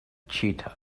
cheetah